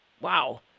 Wow